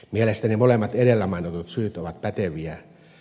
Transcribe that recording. mielestäni molemmat edellä mainitut syyt ovat päteviä